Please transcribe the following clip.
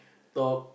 talk